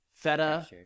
Feta